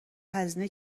هزینه